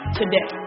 today